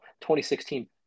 2016